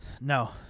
No